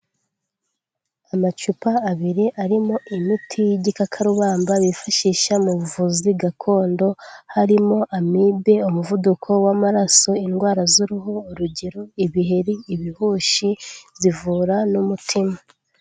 Amacupa abiri arimo imiti y'igikakarubamba bifashisha mu buvuzi gakondo, harimo amibe umuvuduko w'amaraso, indwara z'uruhu urugero: ibiheri, ibihushi zivura n'umutima.